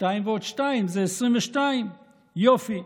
"2 ועוד 2 זה 22". יופי,